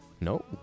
No